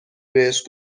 بهش